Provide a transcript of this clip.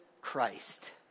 Christ